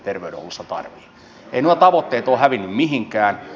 eivät nuo tavoitteet ole hävinneet mihinkään